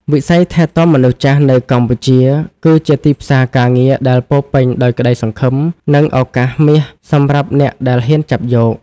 វិស័យថែទាំមនុស្សចាស់នៅកម្ពុជា គឺជាទីផ្សារការងារដែលពោរពេញដោយក្តីសង្ឃឹម និងឱកាសមាសសម្រាប់អ្នកដែលហ៊ានចាប់យក។